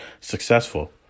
successful